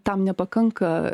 tam nepakanka